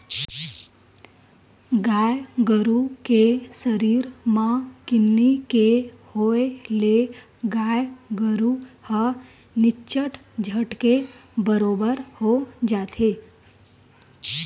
गाय गरु के सरीर म किन्नी के होय ले गाय गरु ह निच्चट झटके बरोबर हो जाथे